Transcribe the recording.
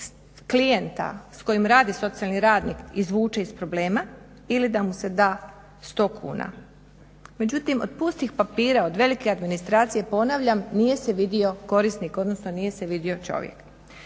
da klijenta s kojim radi socijalni radnik izvuče iz problema ili da mu se da 100 kuna. Međutim od pustih problema, od velike administracije ponavljam nije se vidio korisnik, odnosno nije se vidio čovjek.